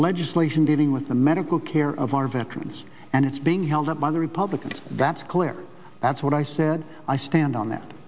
legislation dealing with the medical care of our veterans and it's being held up by the republicans that's clear that's what i said i stand on that